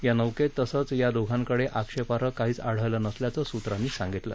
या नौकेत तसेच या दोघांकडे आक्षेपाई काहीच आढळलं नसल्याचं सूत्रांनी सांगितलं